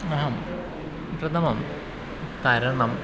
अहं प्रथमं तरणम्